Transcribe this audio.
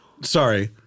sorry